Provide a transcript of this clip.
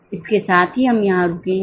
इसके साथ ही हम यहां रुकेंगे